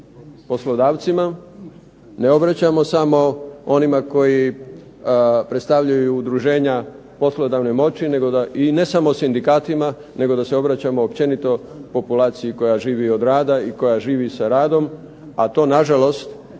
poslodavcima, ne obraćamo samo onima koji predstavljaju udruženja poslodavne moći i ne samo sindikatima nego da se obraćamo općenito populaciji koja živi od rada i koja živi sa radom, a to nažalost